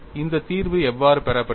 இந்த தீர்வு எவ்வாறு பெறப்பட்டது